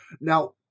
Now